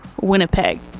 Winnipeg